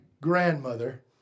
grandmother